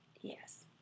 Yes